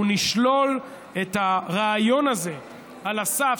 הוא שנשלול את הרעיון הזה על הסף,